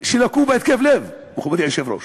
שלקו בהתקף לב, מכובדי היושב-ראש.